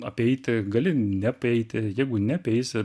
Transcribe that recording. apeiti gali neapeiti jeigu neapeisi